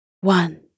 One